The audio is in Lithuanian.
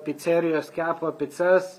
picerijos kepa picas